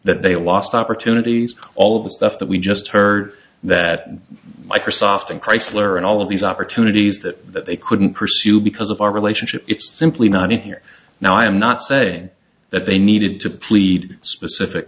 that they lost opportunities all of the stuff that we just heard that microsoft and chrysler and all of these opportunities that they couldn't pursue because of our relationship it's simply not in here now i am not saying that they needed to plead specific